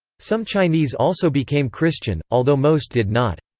some chinese also became christian, although most did not.